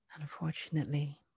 Unfortunately